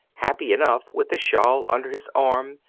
happy enough, with the shawl under his arm,